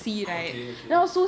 okay okay